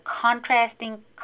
contrasting